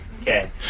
Okay